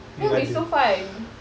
that'll be so fun